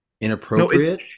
inappropriate